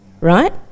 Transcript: right